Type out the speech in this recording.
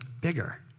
bigger